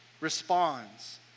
responds